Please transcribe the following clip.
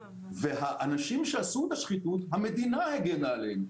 והאנשים שעשו את השחיתות המדינה הגנה עליהם,